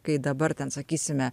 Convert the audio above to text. kai dabar ten sakysime